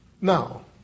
Now